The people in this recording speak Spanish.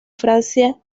francia